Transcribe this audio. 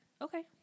okay